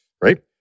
right